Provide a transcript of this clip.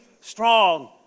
strong